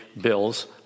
bills